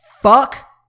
fuck